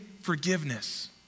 forgiveness